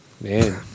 man